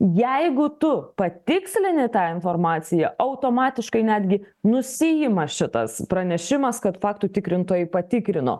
jeigu tu patikslini tą informaciją automatiškai netgi nusiima šitas pranešimas kad faktų tikrintojai patikrino